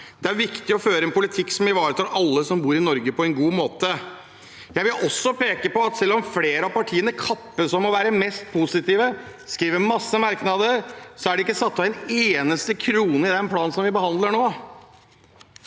Det er viktig å føre en politikk som ivaretar alle som bor i Norge, på en god måte. Jeg vil også peke på at selv om flere av partiene kappes om å være mest positiv og skrive masse merknader, er det ikke satt av en eneste krone i den planen vi behandler nå.